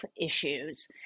issues